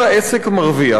הבעלים מרוויח,